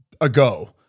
ago